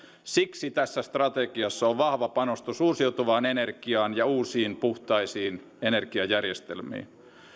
siksi tässä strategiassa on vahva panostus uusiutuvaan energiaan ja uusiin puhtaisiin energiajärjestelmiin